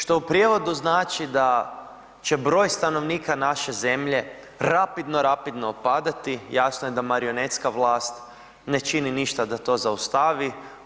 Što u prijevodu znači da će broj stanovnika naše zemlje rapidno, rapidno opadati jasno je da marionetska vlast ne čini ništa da to zaustavi.